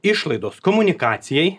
išlaidos komunikacijai